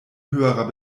höherer